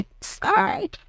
sorry